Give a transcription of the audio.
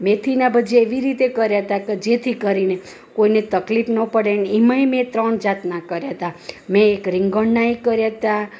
મેથીના ભજીયા એવી રીતે કર્યા હતા કે જેથી કરીને કોઈને તકલીફ ન પડે એમાંય મેં ત્રણ જાતના કર્યા હતા મેં એક રીંગણના ય કર્યા હતા